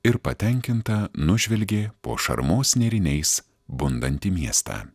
ir patenkinta nužvelgė po šarmos nėriniais bundantį miestą